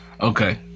Okay